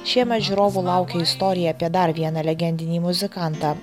šieme žiūrovų laukia istorija apie dar vieną legendinį muzikantą